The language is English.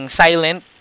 silent